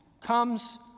comes